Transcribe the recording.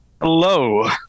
Hello